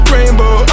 Rainbow